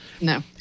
No